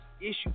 issues